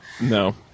No